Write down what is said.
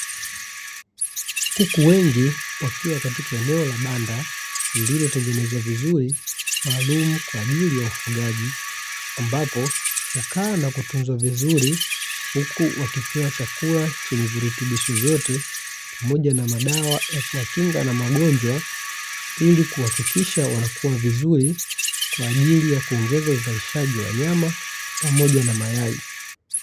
Kuku wengi wakiwa katika eneo la banda lililotengenezwa vizuri maalumu kwa ajili ya ufugaji, ambapo hukaa na kutunzwa vizuri, huku wakipewa chakula chenye virutubisho vyote, pamoja na madawa ya kuwakinga na magonjwa, ili kuhakikisha wanakua vizuri kwa ajili ya kuongeza uzalishaji wa nyama pamoja na mayai.